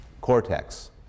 cortex